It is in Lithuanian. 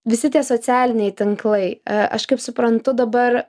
visi tie socialiniai tinklai aš kaip suprantu dabar